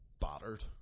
battered